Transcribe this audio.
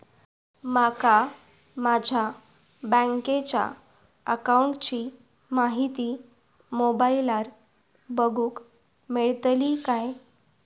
माका माझ्या बँकेच्या अकाऊंटची माहिती मोबाईलार बगुक मेळतली काय?